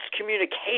communication